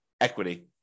equity